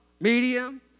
medium